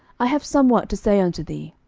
i have somewhat to say unto thee.